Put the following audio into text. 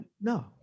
no